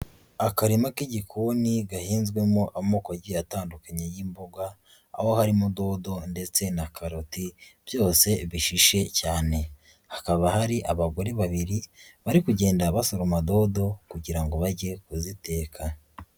Akarima k'igikoni gahinzwemo amoko agiye atandukanye y'imboga, aho harimo dodo ndetse na karoti byose bishyishye cyane, hakaba hari abagore babiri bari kugenda basoroma dodo kugira ngo bajye kuziteka.